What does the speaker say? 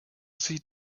sieht